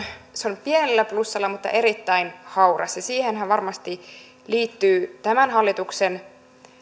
se on pienellä plussalla mutta erittäin hauras siihenhän varmasti liittyy tämän hallituksen